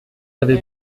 avez